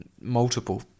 multiple